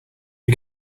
you